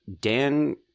Dan